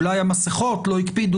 אולי על המסכות לא הקפידו,